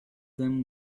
them